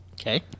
okay